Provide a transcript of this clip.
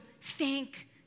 thank